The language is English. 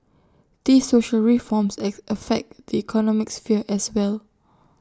these social reforms affect the economic sphere as well